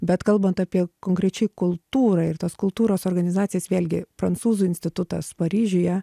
bet kalbant apie konkrečiai kultūrą ir tos kultūros organizacijas vėlgi prancūzų institutas paryžiuje